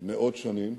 מאות שנים,